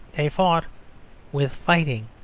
they fought with fighting.